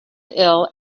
ill